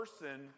person